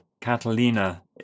Catalina